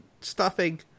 stuffing